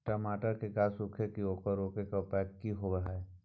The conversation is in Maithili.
टमाटर के गाछ सूखे छै ओकरा रोके के उपाय कि होय है?